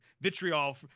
vitriol